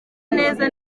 neza